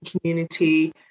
community